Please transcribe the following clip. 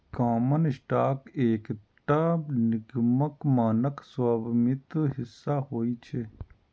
common stock एकटा निगमक मानक स्वामित्व हिस्सा होइ छै